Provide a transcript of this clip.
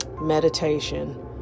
meditation